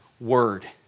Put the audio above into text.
word